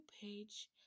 page